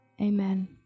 amen